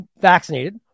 vaccinated